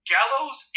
Gallows